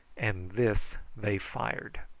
and this they fired.